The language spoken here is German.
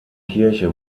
kirche